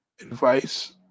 Advice